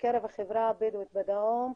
בקרב החברה הבדואית בדרום,